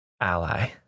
ally